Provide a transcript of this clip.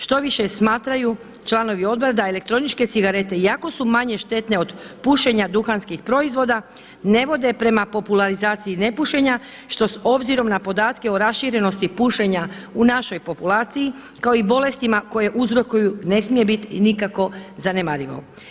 Štoviše smatraju članovi odbora da elektroničke cigarete iako su manje štetne od pušenja duhanskih proizvoda ne vode prema popularizaciji nepušenja što obzirom na podatke o raširenosti pušenja u našoj populaciji kao i bolestima koje uzrokuju ne smije bit nikako zanemarivo.